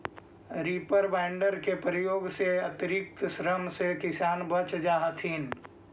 reaper binder के प्रयोग से अतिरिक्त श्रम से किसान बच जा हथिन